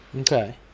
Okay